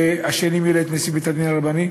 והשני מילא את תפקיד נשיא בית-הדין הרבני,